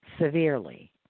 severely